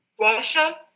Russia